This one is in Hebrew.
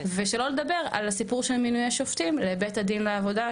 ושלא לדבר על הסיפור של מינויי שופטים לבית הדין לעבודה,